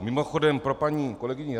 Mimochodem pro paní kolegyni